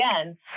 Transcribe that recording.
again